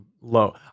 low